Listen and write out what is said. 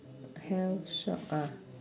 heath shop ah